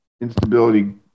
instability